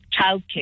childcare